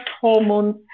hormones